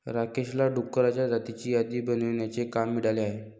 राकेशला डुकरांच्या जातींची यादी बनवण्याचे काम मिळाले आहे